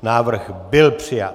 Návrh byl přijat.